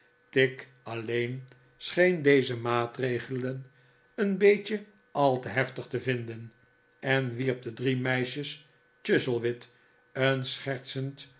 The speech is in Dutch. tigg alleen scheen deze maatregelen een beetje al te lief tig te vinden en wierp de drie meisjes chuzzlewit een schertsend